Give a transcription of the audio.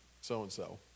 So-and-so